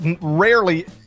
rarely